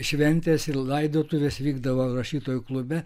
šventės ir laidotuvės vykdavo rašytojų klube